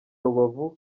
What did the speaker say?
rubavu